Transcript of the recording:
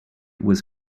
was